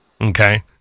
Okay